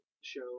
show